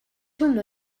hwnnw